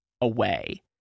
away